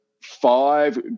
five